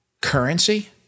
currency